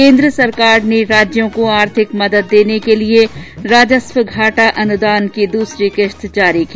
केन्द्र सरकार ने राज्यों को आर्थिक मदद देने के लिए राजस्व घाटा अनुदान की दूसरी किस्त जारी की